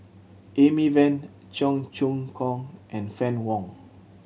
Amy Van Cheong Choong Kong and Fann Wong